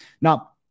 Now